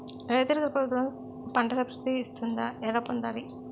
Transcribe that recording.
రైతులకు ప్రభుత్వం పంట సబ్సిడీ ఇస్తుందా? ఎలా పొందాలి?